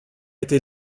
été